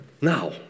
Now